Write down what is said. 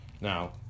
Now